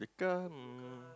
come